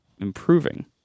improving